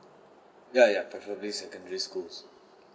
ya ya preferably secondary schools